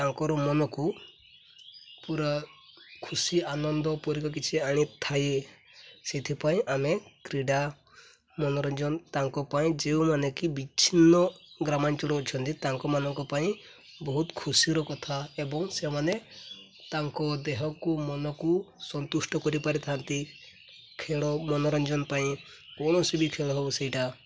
ତାଙ୍କର ମନକୁ ପୁରା ଖୁସି ଆନନ୍ଦ ପରିକ କିଛି ଆଣିଥାଏ ସେଥିପାଇଁ ଆମେ କ୍ରୀଡ଼ା ମନୋରଞ୍ଜନ ତାଙ୍କ ପାଇଁ ଯେଉଁମାନେ କି ବିଛିନ୍ନ ଗ୍ରାମାଞ୍ଚଳ ଅଛନ୍ତି ତାଙ୍କମାନଙ୍କ ପାଇଁ ବହୁତ ଖୁସିର କଥା ଏବଂ ସେମାନେ ତାଙ୍କ ଦେହକୁ ମନକୁ ସନ୍ତୁଷ୍ଟ କରିପାରିଥାନ୍ତି ଖେଳ ମନୋରଞ୍ଜନ ପାଇଁ କୌଣସି ବି ଖେଳ ହବ ସେଇଟା